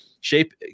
Shape